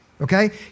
okay